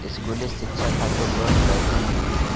स्कूली शिक्षा खातिर लोन कैसे मिली?